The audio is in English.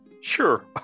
Sure